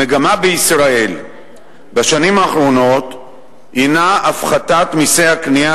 המגמה בישראל בשנים האחרונות הינה הפחתת מסי הקנייה